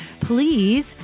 please